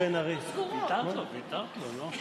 ויתרת לו, לא?